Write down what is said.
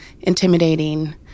intimidating